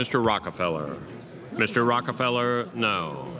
mr rockefeller mr rockefeller no